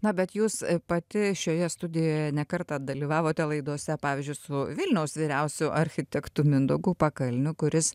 na bet jūs pati šioje studijoje ne kartą dalyvavote laidose pavyzdžiui su vilniaus vyriausiu architektu mindaugu pakalniu kuris